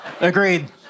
Agreed